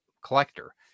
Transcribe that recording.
collector